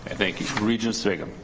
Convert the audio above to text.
thank you. regent sviggum.